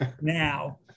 now